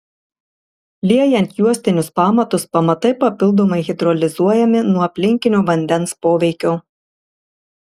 liejant juostinius pamatus pamatai papildomai hidroizoliuojami nuo aplinkinio vandens poveikio